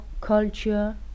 culture